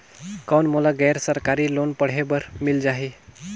कौन मोला गैर सरकारी लोन पढ़े बर मिल जाहि?